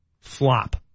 Flop